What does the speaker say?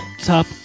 top